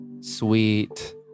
sweet